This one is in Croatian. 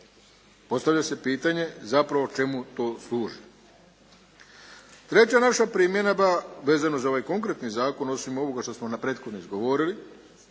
Postavlja se pitanje zapravo čemu to služi. Treća naša primjedba vezano za ovaj konkretni zakon, osim ovoga što smo prethodno izgovorili